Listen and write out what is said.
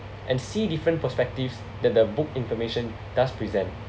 and see different perspectives that the book information does present